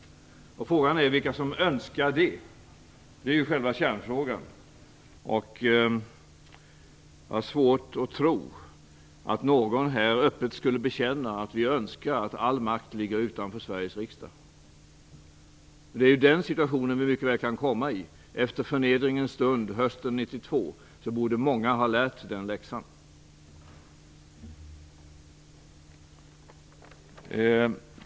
Frågan är vilka som önskar det - det är själva kärnfrågan. Jag har svårt att tro att någon här öppet skulle bekänna att han eller hon önskar att all makt ligger utanför Sveriges riksdag. Den situationen kan vi mycket väl komma i. Efter förnedringens stund hösten 1992 borde många ha lärt sig den läxan.